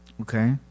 Okay